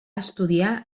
estudiar